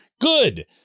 Good